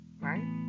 right